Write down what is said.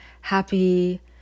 happy